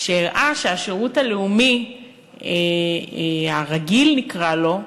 שהראה שהשירות הלאומי הרגיל, נקרא לו,